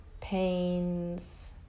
pains